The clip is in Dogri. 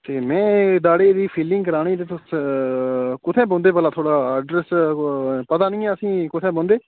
ते मैं दाढ़े दी फिलिंग करानी ही तुस कुत्थै बौंह्दे भला थुआढ़ा अड्रेस पता नेईं असेंगी कुत्थै बौंह्दे